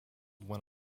when